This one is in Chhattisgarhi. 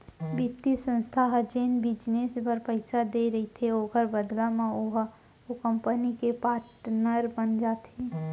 बित्तीय संस्था ह जेन बिजनेस बर पइसा देय रहिथे ओखर बदला म ओहा ओ कंपनी के पाटनर बन जाथे